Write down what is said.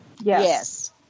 Yes